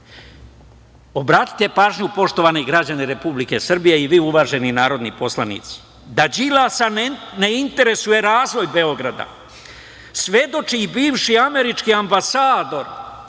evra. Obratite pažnju, poštovani građani Republike Srbije i vi uvaženi narodni poslanici, da Đilasa ne interesuje razvoj Beograda svedoči i bivši američki ambasador